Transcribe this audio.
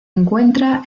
encuentra